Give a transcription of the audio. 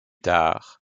tard